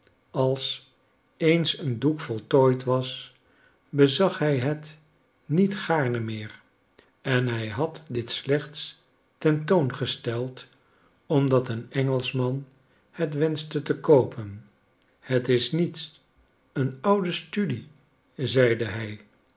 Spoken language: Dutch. als eens een doek voltooid was bezag hij het niet gaarne meer en hij had dit slechts ten toon gesteld omdat een engelschman het wenschte te koopen het is niets een oude studie zeide hij